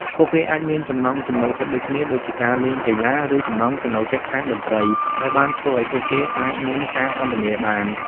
ពួកគេអាចមានចំណង់ចំណូលចិត្តដូចគ្នា ដូចជាការលេងកីឡា ឬចំណង់ចំណូលចិត្តខាងតន្ត្រីដែលបានធ្វើឲ្យពួកគេអាចមានការសន្ទនាបាន។